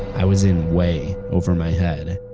i was in way over my head.